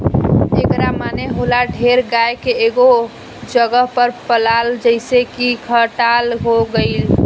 एकरा माने होला ढेर गाय के एगो जगह पर पलाल जइसे की खटाल हो गइल